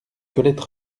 colette